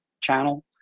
channel